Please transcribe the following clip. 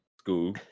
school